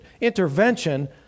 intervention